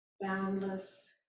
boundless